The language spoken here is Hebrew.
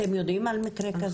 אתם יודעים על המקרה הזה?